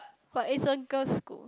but it's a girls' school